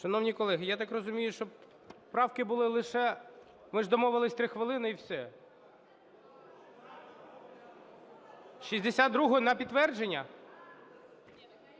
Шановні колеги, я так розумію, що правки були лише… Ми ж домовились, 3 хвилини - і все. 62-у на підтвердження?